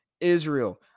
Israel